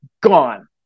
Gone